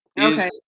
Okay